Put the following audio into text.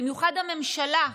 במיוחד הממשלה,